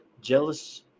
jealous